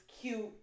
cute